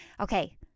Okay